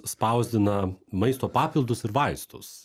spausdina maisto papildus ir vaistus